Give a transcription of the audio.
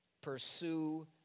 pursue